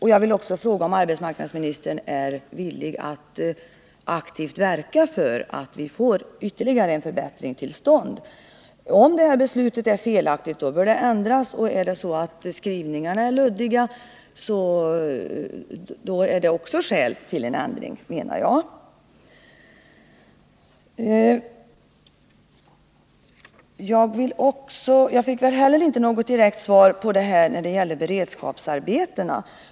Jag vill också fråga om arbetsmarknadsministern är villig att aktivt verka för att vi får en ytterligare förbättring till stånd. Om beslutet är felaktigt bör det ändras. Om skrivningarna är luddiga är också det skäl till en ändring, menar jag. Jag fick heller inte något direkt besked när det gäller beredskapsarbetena.